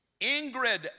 Ingrid